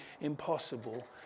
impossible